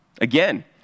Again